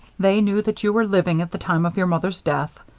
they knew that you were living at the time of your mother's death.